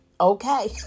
Okay